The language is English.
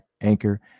Anchor